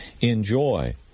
Enjoy